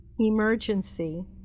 Emergency